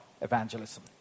evangelism